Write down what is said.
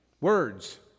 Words